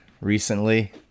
recently